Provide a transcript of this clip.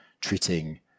treating